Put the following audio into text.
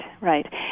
right